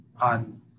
on